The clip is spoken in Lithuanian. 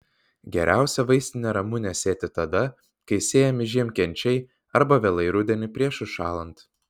geriausia vaistinę ramunę sėti tada kai sėjami žiemkenčiai arba vėlai rudenį prieš užšąlant